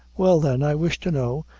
well, then, i wish to know,